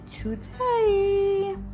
today